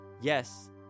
Yes